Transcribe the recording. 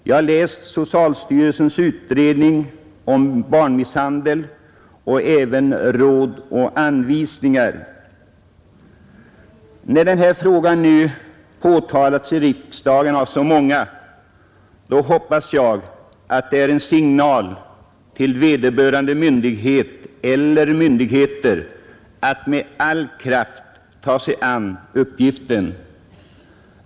Jag har läst socialstyrelsens utredning om barnmisshandel och även dess råd och anvisningar. När denna fråga nu påtalats i riksdagen av så många, hoppas jag att det är en signal till vederbörande myndighet eller myndigheter att med all kraft ta sig an uppgiften.